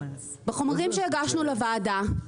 בחומרים שהגשנו לוועדה,